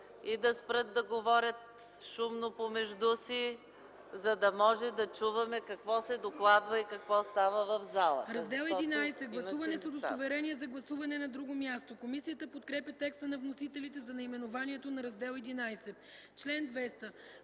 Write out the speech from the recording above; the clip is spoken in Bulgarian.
и да спрат да говорят шумно помежду си, за да можем да чуваме какво се докладва и какво става в залата. ДОКЛАДЧИК ИСКРА ФИДОСОВА: „Раздел ХІ – Гласуване с удостоверение за гласуване на друго място.” Комисията подкрепя текста на вносителите за наименованието на Раздел ХІ.